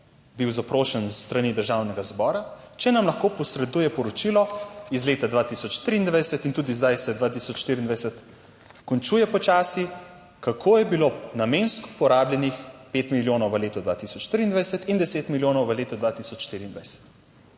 bil zaprošen s strani Državnega zbora, če nam lahko posreduje poročilo iz leta 2023 in tudi zdaj se 2024 končuje počasi, kako je bilo namensko porabljenih pet milijonov v letu 2023 in deset milijonov v letu 2024.